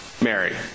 Mary